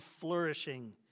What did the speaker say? flourishing